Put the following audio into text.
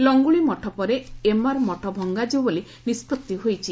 ଲଙ୍ଗୁଳିମଠ ପରେ ଏମଆର ମଠ ଭଙ୍ଙାଯିବ ବୋଲି ନିଷ୍ବଭି ହୋଇଛି